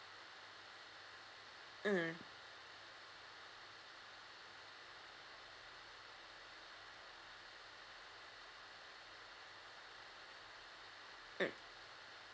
mm mm